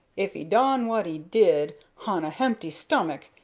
if e done wot e did hon a hempty stummick,